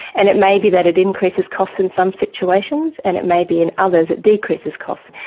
and it may be that it increases costs in some situations and it may be in others it decreases costs.